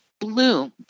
bloomed